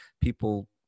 people